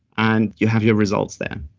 and you have your results there